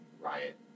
Riot